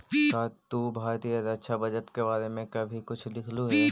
का तू भारतीय रक्षा बजट के बारे में कभी कुछ लिखलु हे